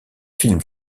film